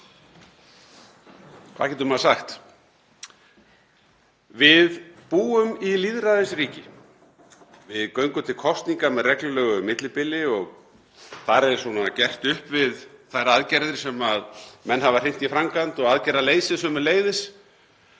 Hvað getur maður sagt? Við búum í lýðræðisríki. Við göngum til kosninga með reglulegu millibili og þar er gert upp við þær aðgerðir sem menn hafa hrint í framkvæmd og aðgerðaleysi ríkisstjórna